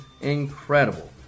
incredible